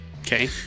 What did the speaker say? okay